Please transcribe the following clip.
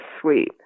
sweet